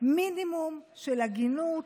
מינימום של הגינות.